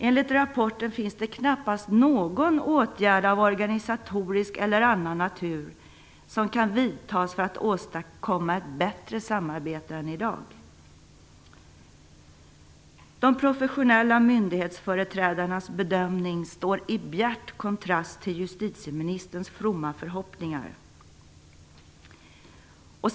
Enligt rapporten finns det knappast någon åtgärd av organisatorisk eller annan natur som kan vidtas för att åstadkomma ett bättre samarbete än i dag. De professionella myndighetsföreträdarnas bedömning står i bjärt kontrast till justitieministerns fromma förhoppningar.